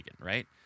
right